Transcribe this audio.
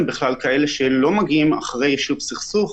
הם בכלל כאלה שלא מגיעים אחרי יישוב סכסוך,